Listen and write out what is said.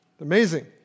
Amazing